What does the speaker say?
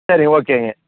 சரி ஓகேங்க